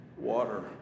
water